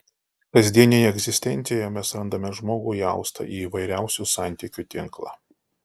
kasdienėje egzistencijoje mes randame žmogų įaustą į įvairiausių santykių tinklą